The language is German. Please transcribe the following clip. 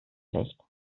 schlecht